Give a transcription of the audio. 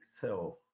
self